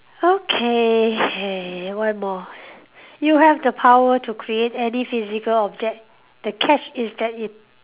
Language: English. okay hey one more you have the power to create any physical object the catch is that it